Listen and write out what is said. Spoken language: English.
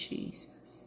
Jesus